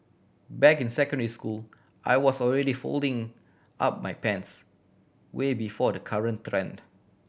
back in secondary school I was already folding up my pants way before the current trend